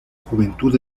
juventud